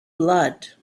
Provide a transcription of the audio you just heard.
blood